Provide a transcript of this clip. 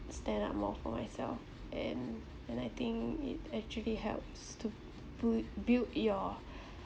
stand up more for myself and and I think it actually helps to bu~ build your